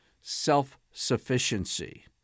self-sufficiency